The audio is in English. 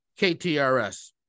KTRS